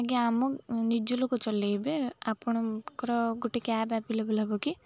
ଆଜ୍ଞା ଆମ ନିଜ ଲୋକ ଚଲାଇବେ ଆପଣଙ୍କର ଗୋଟେ କ୍ୟାବ୍ ଆଭେଲେବଲ୍ ହବ କି